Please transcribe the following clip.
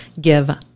give